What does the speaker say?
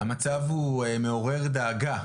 המצב הוא מעורר דאגה.